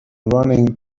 running